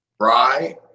Right